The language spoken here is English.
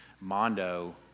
Mondo